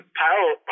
power